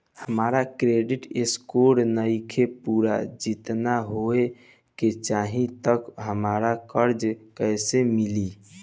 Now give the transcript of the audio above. हमार credit score नईखे पूरत जेतना होए के चाही त हमरा कर्जा कैसे मिली?